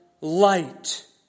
light